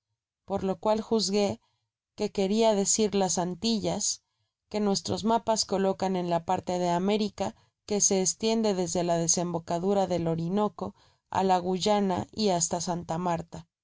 por locual juzgue que queria decir las antillas que nuestros mapas colocan en la parte de américa que se estiende desde la embocadura del orinoco á la guyana y basta santa marta